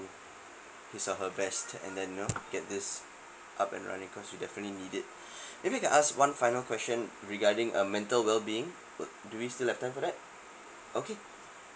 his or her best and then you know get this up and running cause we definitely need it may I ask one final question regarding a mental well being do we still have time for that okay